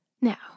Now